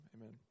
amen